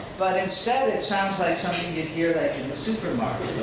but instead it sounds like something you'd hear like in the supermarket,